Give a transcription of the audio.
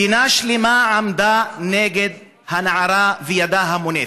מדינה שלמה עמדה נגד הנערה וידה המונפת.